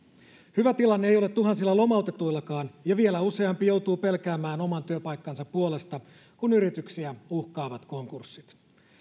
hyvä tilanne ei ole tuhansilla lomautetuillakaan ja vielä useampi joutuu pelkäämään oman työpaikkansa puolesta kun yrityksiä uhkaavat konkurssit